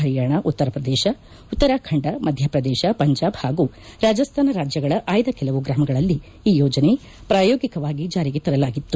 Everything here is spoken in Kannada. ಪರಿಯಾಣ ಉತ್ತರ ಪ್ರದೇಶ ಉತ್ತರಾಖಂಡ ಮಧ್ಯಪ್ರದೇಶ ಪಂಜಾಬ್ ಪಾಗೂ ರಾಜಸ್ಥಾನ ರಾಜ್ಯಗಳ ಆಯ್ಲ ಕೆಲವು ಗ್ರಾಮಗಳಲ್ಲಿ ಈ ಯೋಜನೆ ಪ್ರಾಯೋಗಿಕವಾಗಿ ಜಾರಿಗೆ ತರಲಾಗಿತ್ತು